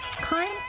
current